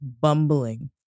bumbling